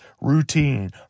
routine